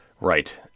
Right